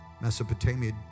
Mesopotamia